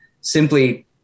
simply